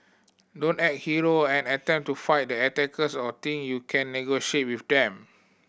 don't act hero and attempt to fight the attackers or think you can negotiate with them